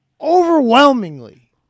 overwhelmingly